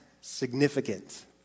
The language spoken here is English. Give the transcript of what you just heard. significant